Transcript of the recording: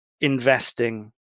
investing